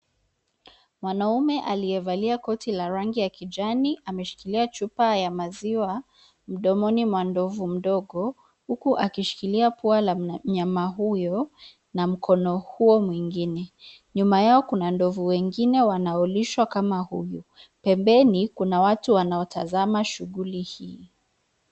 Mwanaume aliyevalia koti la rangi ya kijani ameshikilia chupa ya maziwa, mdomoni mwa ndovu mdogo, huku akishikilia pua la mnyama huyo, na mkono huo mwingine. Nyuma yao kuna ndovu wengine wanaolishwa kama huyu. Pembeni kuna watu wanaotazama shughuli hii.